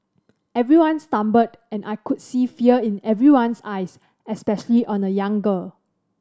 everyone stumbled and I could see fear in everyone's eyes especially on a young girl